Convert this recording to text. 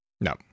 No